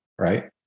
right